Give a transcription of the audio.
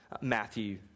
Matthew